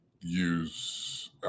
use